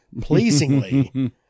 pleasingly